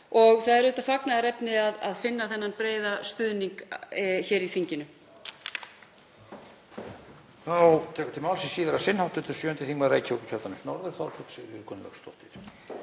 og það er auðvitað fagnaðarefni að finna breiðan stuðning hér í þinginu.